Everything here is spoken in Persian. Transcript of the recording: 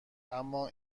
اما